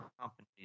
companies